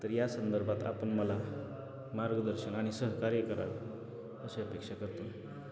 तर या संदर्भात आपण मला मार्गदर्शन आणि सहकार्य करावं अशा अपेक्षा करतो